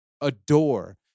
adore